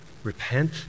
Repent